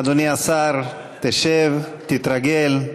אדוני השר, תשב, תתרגל.